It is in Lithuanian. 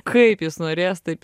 kaip jis norės taip